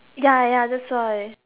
ya ya that's why